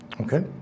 okay